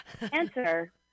answer